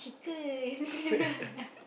chicken